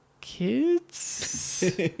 kids